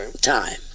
time